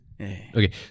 Okay